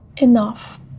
Enough